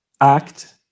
act